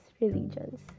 religions